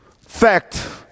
fact